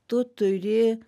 tu turi